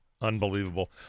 unbelievable